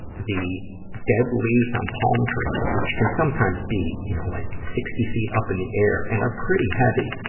the dead leaves on palm trees, which can sometimes be, you know, like sixty feet up in the air and are pretty heavy,